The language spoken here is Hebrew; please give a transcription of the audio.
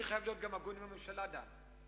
אני חייב להיות גם הגון עם הממשלה, דן.